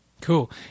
Cool